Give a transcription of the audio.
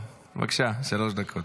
בבקשה, שלוש דקות.